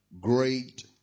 great